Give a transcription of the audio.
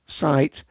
site